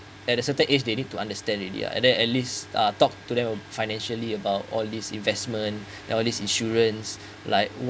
at a certain age they need to understand already ya and then at least uh talk to them financially about all this investment nowadays insurance like